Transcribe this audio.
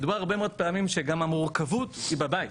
מדובר הרבה מאוד פעמים שגם המורכבות היא בבית,